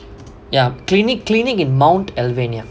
ya clinic clinic in mount alvernia